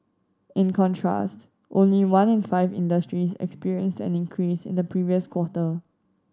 in contrast only one in five industries experienced an increase in the previous quarter